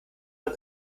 von